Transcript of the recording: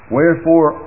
Wherefore